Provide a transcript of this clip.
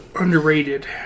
Underrated